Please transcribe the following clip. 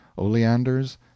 oleanders